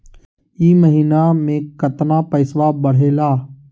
ई महीना मे कतना पैसवा बढ़लेया?